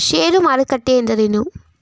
ಷೇರು ಮಾರುಕಟ್ಟೆ ಎಂದರೇನು?